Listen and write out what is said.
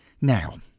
Now